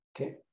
okay